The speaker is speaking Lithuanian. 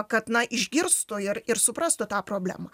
kad na išgirstų ir ir suprastų tą problemą